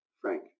Frank